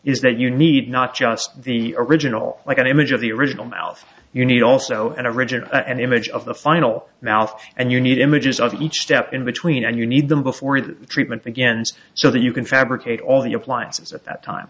is that you need not just the original like an image of the original mouth you need also an original and image of the final mouth and you need images of each step in between and you need them before the treatment begins so that you can fabricate all the appliances at that time